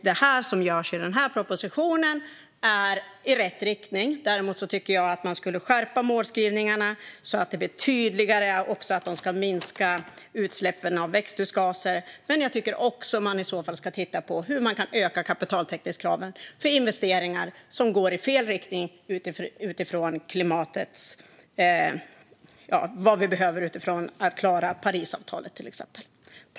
Det som görs i propositionen går i rätt riktning, men jag tycker att man ska skärpa målskrivningarna så att det blir tydligare att utsläppen av växthusgaser också ska minskas. Jag tycker också att man ska titta på hur man kan öka kapitaltäckningskraven för investeringar som går i fel riktning för att vi ska klara exempelvis Parisavtalet.